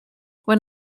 when